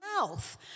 mouth